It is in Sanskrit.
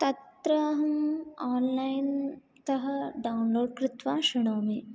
तत्र अहम् आन्लैन् तः डौन्लोड् कृत्वा शृणोमि